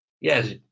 Yes